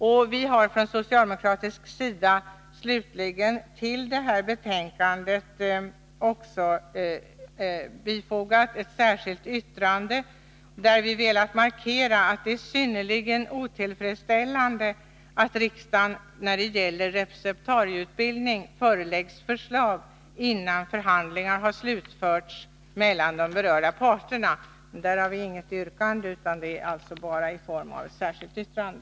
Slutligen: Från socialdemokratiskt håll har det till detta betänkande bifogats ett särskilt yttrande, där vi har velat markera att det är synnerligen otillfredsställande att riksdagen när det gäller receptarieutbildning föreläggs förslag, innan förhandlingarna mellan de berörda parterna har slutförts. Här har vi alltså inget yrkande utan bara ett särskilt yttrande.